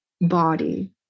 body